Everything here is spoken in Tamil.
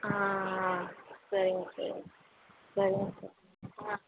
ஆ ஆ சரிங்க சார் சரிங்க சார் ஆ